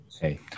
Hey